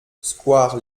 square